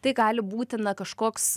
tai gali būti na kažkoks